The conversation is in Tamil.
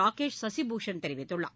ராகேஷ் சசிபூஷண் தெரிவித்துள்ளார்